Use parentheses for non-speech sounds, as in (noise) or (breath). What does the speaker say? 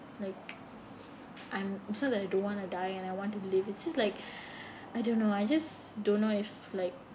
like I'm it's not that I don't want to die and I want to live it's just like (breath) I don't know I just don't know if like